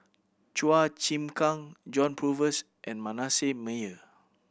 Chua Chim Kang John Purvis and Manasseh Meyer